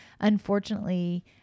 unfortunately